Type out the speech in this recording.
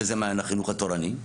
שזה מעיין החינוך התורני,